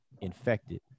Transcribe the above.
infected